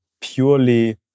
purely